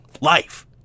life